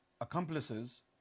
accomplices